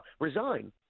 resign